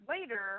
later